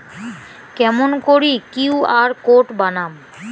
কেমন করি QR code বানাম?